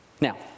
Now